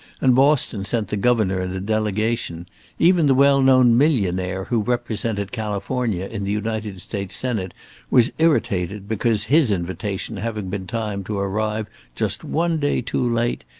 and boston sent the governor and a delegation even the well-known millionaire who represented california in the united states senate was irritated because, his invitation having been timed to arrive just one day too late,